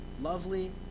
lovely